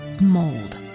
mold